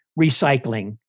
recycling